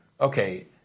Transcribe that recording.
okay